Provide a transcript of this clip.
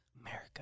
America